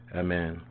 amen